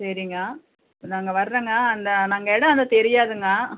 சரிங்க நாங்கள் வரோங்க அந்த நாங்கள் இடம் ஏதும் தெரியாதுங்க